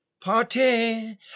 Party